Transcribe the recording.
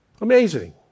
Amazing